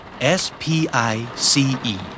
S-P-I-C-E